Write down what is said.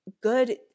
good